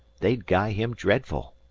they'd guy him dreadful.